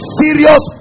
serious